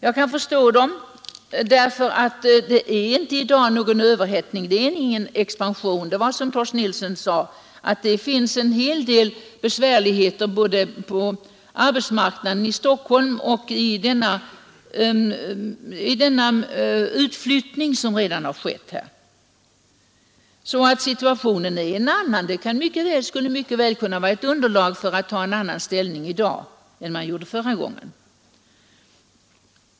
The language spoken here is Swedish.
Jag kan förstå dem därför att det i dag inte förekommer någon överhettning eller någon expansion. Som Torsten Nilsson sade finns det en hel del besvärligheter på arbetsmarknaden i Stockholm efter den utflyttning som redan har skett. Situationen är en annan nu, och detta skulle mycket väl kunna bilda underlag för att inta en annan ställning i dag än man gjorde förra gången.